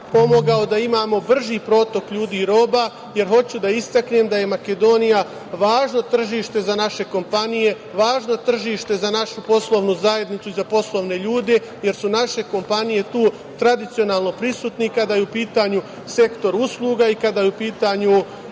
pomogao da imamo brži protok ljudi i roba. Hoću da istaknem da je Makedonija važno tržište za naše kompanije, važno tržište za našu poslovnu zajednicu i za poslovne ljude, jer su naše kompanije tu tradicionalno prisutne kada je u pitanju sektor usluga i kada je u pitanju